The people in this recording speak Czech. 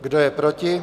Kdo je proti?